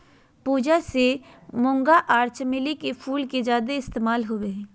पूजा ले मूंगा आर चमेली के फूल के ज्यादे इस्तमाल होबय हय